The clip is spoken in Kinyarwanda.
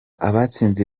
abatsinze